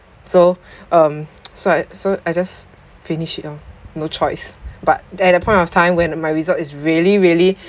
so um so I so I just finish it orh no choice but at that point of time when my result is really really